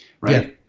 right